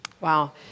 Wow